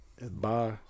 Bye